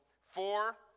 four